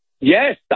Yes